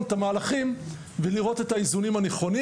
את המהלכים ולראות את האיזונים הנכונים.